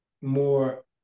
more